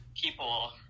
people